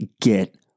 get